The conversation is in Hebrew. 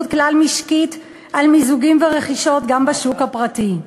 כלל-משקית על מיזוגים ורכישות גם בשוק הפרטי.